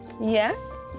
Yes